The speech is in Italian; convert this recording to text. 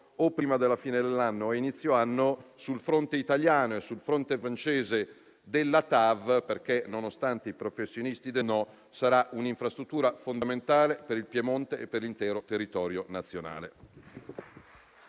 prima della fine dell'anno o all'inizio del nuovo anno sul fronte italiano e sul fronte francese della TAV, perché, nonostante i professionisti del no, sarà un'infrastruttura fondamentale per il Piemonte e per l'intero territorio nazionale.